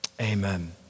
amen